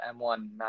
M1